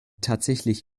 tatsächlich